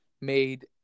made